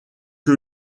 que